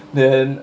then